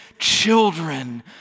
children